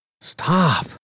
Stop